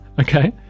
Okay